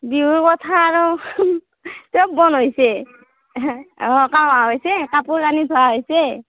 বিহুৰ কথা আৰু চব বন হৈছে অঁ কাম হোৱা হৈছে কাপোৰ কানি ধুৱা হৈছে